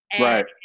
Right